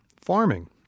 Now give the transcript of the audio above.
farming